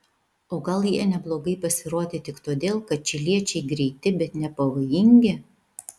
o gal jie neblogai pasirodė tik todėl kad čiliečiai greiti bet nepavojingi